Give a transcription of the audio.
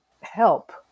help